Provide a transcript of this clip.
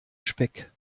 speck